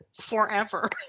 forever